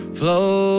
flow